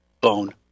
bone